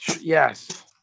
yes